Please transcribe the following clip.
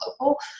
local